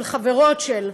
חברות של,